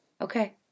Okay